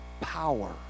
power